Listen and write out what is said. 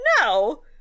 no